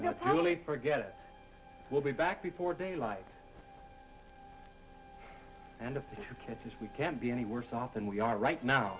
probably forget it we'll be back before daylight and if we can't be any worse off than we are right now